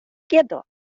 quieto